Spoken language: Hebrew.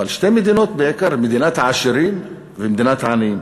אבל שתי מדינות בעיקר: מדינת העשירים ומדינת העניים.